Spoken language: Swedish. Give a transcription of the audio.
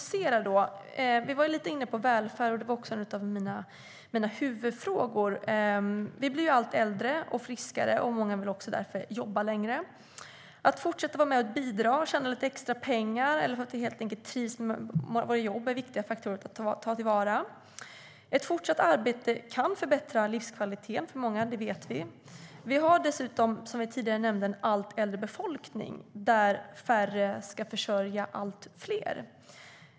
Vi var inne på välfärd, och det var också en av mina huvudfrågor. Vi blir allt äldre och friskare, och många vill därför också jobba längre. Att fortsätta att vara med och bidra, tjäna lite extra pengar eller att man helt enkelt trivs med sitt jobb är viktiga faktorer att ta till vara. Att fortsätta att arbeta kan förbättra livskvaliteten för många, det vet vi. Som vi också tidigare nämnde blir befolkningen dessutom allt äldre, och färre ska försörja allt fler.